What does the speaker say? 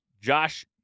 Josh